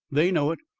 they know it,